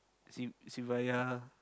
Si~ Sivaya